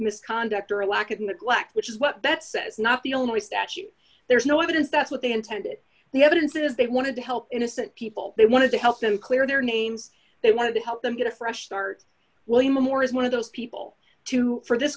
misconduct or a lack of neglect which is what that says not the only statute there is no evidence that's what they intended the evidence is they wanted to help innocent people they wanted to help them clear their names they wanted to help them get a fresh start william morris one of those people to for this